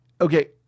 okay